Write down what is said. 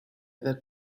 that